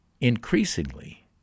increasingly